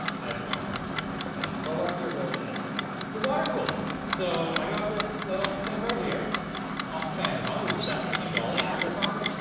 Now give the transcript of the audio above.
i don't think we should do that at all. well, what's your brilliant idea? we water cool it. so i got this little thing right here off of amazon, it was seventeen dollars. amazon,